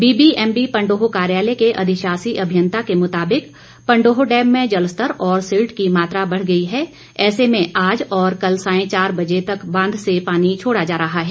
BBMB Pandoh कार्यालय के अधिशाषी अभियंता के मुताबिक पंडोह डैम में जलस्तर और सिल्ट की मात्रा बढ़ गई है ऐसे में आज और कल सायं चार बजे तक बांध से पानी छोड़ा जा रहा है